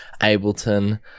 Ableton